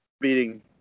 beating